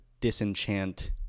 disenchant